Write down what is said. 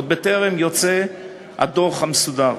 עוד בטרם יוצא הדוח המסודר.